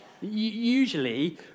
Usually